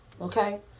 okay